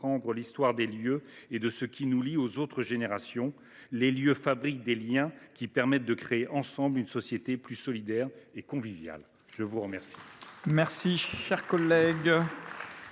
l’histoire des lieux et ce qui nous lie aux autres générations. Les lieux fabriquent des liens qui permettent de créer ensemble une société plus solidaire et conviviale. » La parole